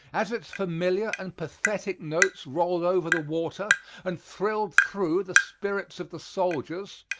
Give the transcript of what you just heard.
as its familiar and pathetic notes rolled over the water and thrilled through the spirits of the soldiers,